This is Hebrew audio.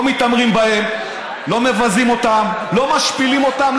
לא מתעמרים בהם, לא מבזים אותם, לא משפילים אותם.